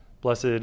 Blessed